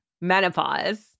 menopause